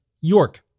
York